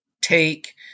take